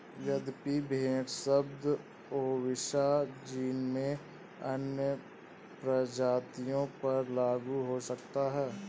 यद्यपि भेड़ शब्द ओविसा जीन में अन्य प्रजातियों पर लागू हो सकता है